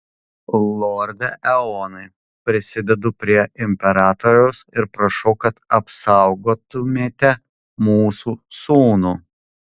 lorde eonai prisidedu prie imperatoriaus ir prašau kad apsaugotumėte mūsų sūnų